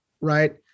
right